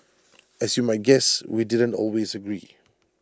as you might guess we didn't always agree